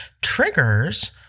triggers